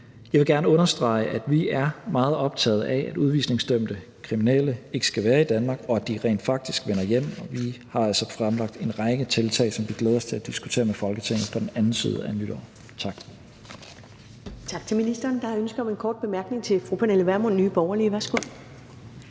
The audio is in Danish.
Jeg vil gerne understrege, at vi er meget optaget af, at udvisningsdømte kriminelle ikke skal være i Danmark, og at de rent faktisk vender hjem. Vi har altså fremlagt en række tiltag, som vi glæder os til at diskutere med Folketinget på den anden side af nytår. Tak. Kl. 14:18 Første næstformand (Karen Ellemann): Tak til ministeren. Der er ønske om en kort bemærkning fra fru Pernille Vermund, Nye Borgerlige. Værsgo.